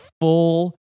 full